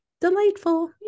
Delightful